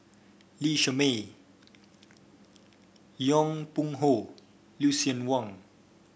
Lee Shermay Yong Pung How Lucien Wang